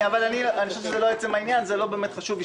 אבל זה לא עצם העניין, זה לא באמת חשוב.